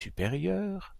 supérieurs